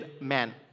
men